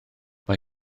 mae